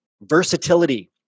versatility